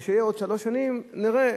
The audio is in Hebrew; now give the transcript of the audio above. מה שיהיה עוד שלוש שנים, נראה.